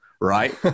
right